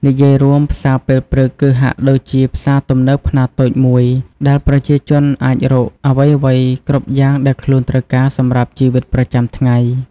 និយាយរួម ផ្សារពេលព្រឹកគឺហាក់ដូចជាផ្សារទំនើបខ្នាតតូចមួយ ដែលប្រជាជនអាចរកអ្វីៗគ្រប់យ៉ាងដែលខ្លួនត្រូវការសម្រាប់ជីវិតប្រចាំថ្ងៃ។